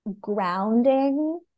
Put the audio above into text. grounding